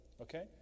Okay